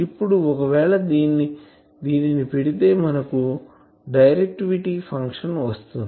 ఇప్పుడు ఒకవేళ దీనిని పెడితే మనకు డైరెక్టివిటీ ఫంక్షన్ వస్తుంది